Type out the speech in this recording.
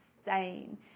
insane